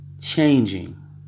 changing